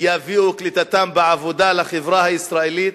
תביא קליטתם בעבודה לחברה הישראלית?